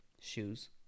shoes